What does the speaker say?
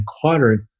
quadrant